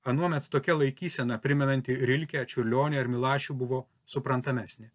anuomet tokia laikysena primenanti rilkę čiurlionį ar milašių buvo suprantamesnė